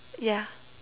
yeah